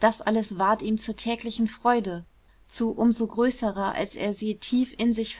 das alles ward ihm zur täglichen freude zu um so größerer als er sie tief in sich